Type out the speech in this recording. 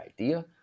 idea